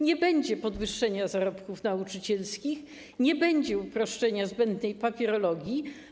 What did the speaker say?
Nie będzie podwyższenia zarobków nauczycielskich, nie będzie uproszczenia zbędnej papierologii.